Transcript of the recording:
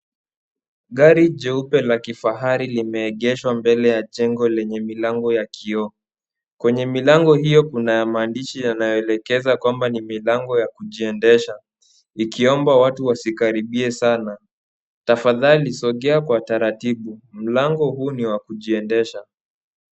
Gari jeupe la kifahari limeegeshwa mbele ya jengo lenye milango ya kioo ,kwenye milango hiyo kuna maandishi yanayoelekeza kwamba ni milango ya kujiendesha , ikiomba watu wasikaribie sana ,tafadhali sogea kwa utaratibu, mlango huu ni wa kujiendesha .